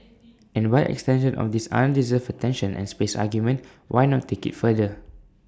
and by extension of this undeserved attention and space argument why not take IT further